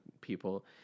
people